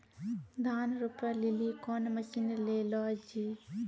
धान रोपे लिली कौन मसीन ले लो जी?